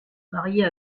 marier